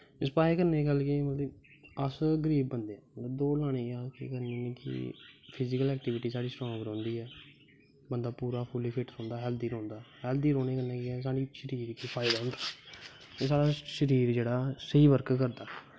inspire करने दी गल्ल केह् ऐ कि अस न गरीब बंदे मतलब दौड़ लाने गी अस केह् करने होन्ने कि फिजिकल ऐक्टिविटी साढ़ी स्ट्रांग रौंह्दी ऐ बंदा पूरा फुल्ली फिट्ट रौंह्दा ऐ हैल्दी रौंह्दा ऐ हैल्दी रौह्ने कन्नै केह् ऐ कि सानूं शरीर गी फायदा होंदा साढ़ा शरीर जेह्ड़ा ऐ ओह् स्हेई बर्क करदा